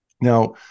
Now